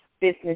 business